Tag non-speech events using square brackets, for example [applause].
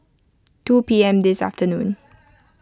two P M this [noise] afternoon